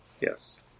Yes